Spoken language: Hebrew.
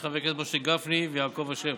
של חברי הכנסת משה גפני ויעקב אשר.